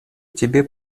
тебе